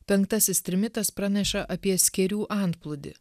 penktasis trimitas praneša apie skėrių antplūdį